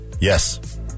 Yes